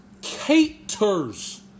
caters